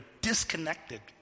disconnected